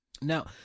Now